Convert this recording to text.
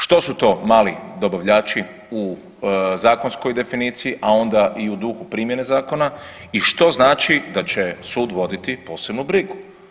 Što su to mali dobavljači u zakonskoj definiciji, a onda i u duhu primjene zakona i što znači da će sud voditi posebnu brigu.